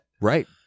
Right